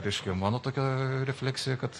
reiškia mano tokia refleksija kad